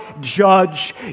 judge